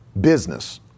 business